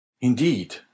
Indeed